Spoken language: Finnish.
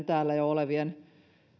täällä jo olevien